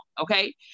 okay